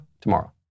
tomorrow